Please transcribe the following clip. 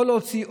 או להוציא,